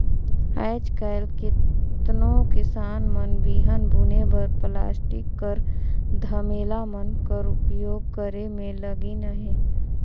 आएज काएल केतनो किसान मन बीहन बुने बर पलास्टिक कर धमेला मन कर उपियोग करे मे लगिन अहे